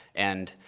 and,